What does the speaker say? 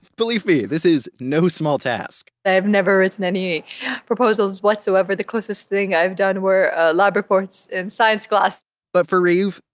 believe me, this is no small task i've never written any proposals whatsoever. the closest thing i've done were ah lab reports in science class but for rayouf,